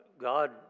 God